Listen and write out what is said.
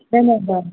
न न भाउ